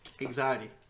anxiety